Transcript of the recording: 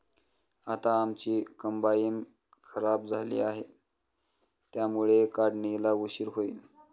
आता आमची कंबाइन खराब झाली आहे, त्यामुळे काढणीला उशीर होईल